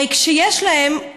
הרי כשיש להם,